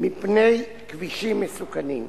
מפני כבישים מסוכנים.